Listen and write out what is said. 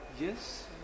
Yes